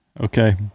Okay